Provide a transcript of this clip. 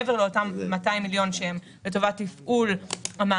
מעבר לאותם 200 מיליון שקל שהם לטובת תפעול המערך,